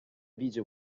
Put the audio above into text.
vige